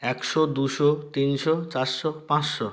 একশো দুশো তিনশো চারশো পাঁচশো